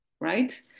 right